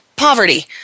poverty